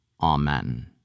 Amen